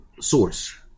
Source